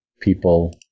People